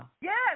Yes